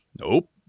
Nope